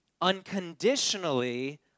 unconditionally